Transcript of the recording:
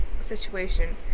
situation